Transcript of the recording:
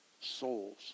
souls